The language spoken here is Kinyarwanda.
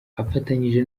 afatanije